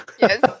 Yes